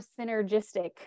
synergistic